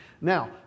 Now